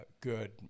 good